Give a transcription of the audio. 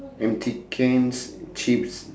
empty can's chips